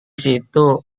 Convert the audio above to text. situ